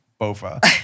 Bofa